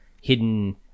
hidden